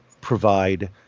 provide